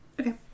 Okay